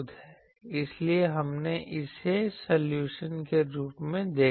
इसलिए हमने इसे सॉल्यूशन के रूप में देखा